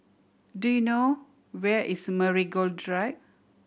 do you know where is Marigold Drive